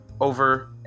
over